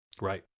Right